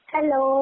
Hello